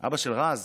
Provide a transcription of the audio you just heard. אבא של רז,